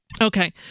Okay